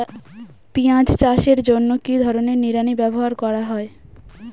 পিঁয়াজ চাষের জন্য কি ধরনের নিড়ানি ব্যবহার করা হয়?